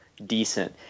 Decent